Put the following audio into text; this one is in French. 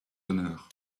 honneur